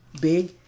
big